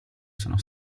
sono